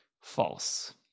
False